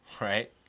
right